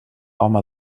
home